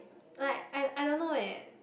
like I I don't know eh